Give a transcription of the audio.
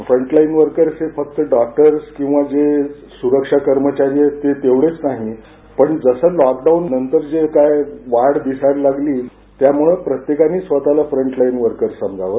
front line worker फक्त doctors सुरक्षा कर्मचारी आहेत तेवढेच नाही पण जसं लॉकडाऊन नंतर जी काही वाढ दिसायला लागली त्यामुळे प्रत्येकानी स्वतःला फ्रंट लाईन वर्कर समजावं